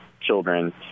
children